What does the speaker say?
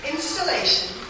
Installation